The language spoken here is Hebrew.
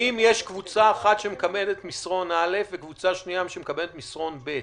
אם יש קבוצה אחת שמקבלת מסרון א' וקבוצה שנייה שמקבלת מסרון ב',